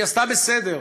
היא עשתה בסדר,